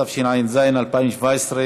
התשע"ז 2017.,